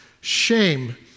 shame